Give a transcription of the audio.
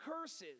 curses